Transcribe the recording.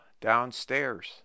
downstairs